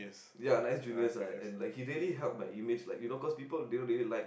ya nice juniors lah and like he really help my image like you know cause people really really like